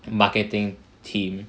marketing team